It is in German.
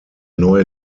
neue